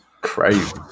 crazy